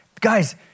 Guys